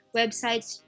websites